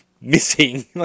missing